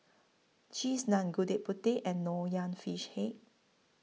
Cheese Naan Gudeg Putih and Nonya Fish Head